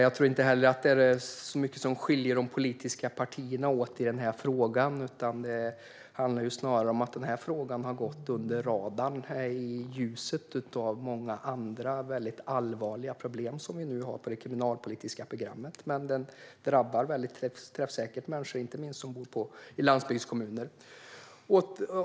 Jag tror inte heller att det är så mycket som skiljer de politiska partierna åt i denna fråga, utan det handlar snarare om att frågan har gått under radarn i ljuset av många andra, allvarliga, problem som vi har på det kriminalpolitiska programmet. Men detta problem drabbar träffsäkert människor, inte minst dem som bor i landsbygdskommuner.